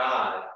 God